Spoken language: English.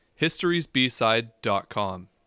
historiesbside.com